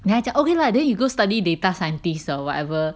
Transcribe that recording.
then 他讲 okay lah then you go study data scientist or whatever